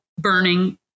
burning